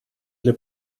для